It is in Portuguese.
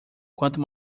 quanto